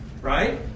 right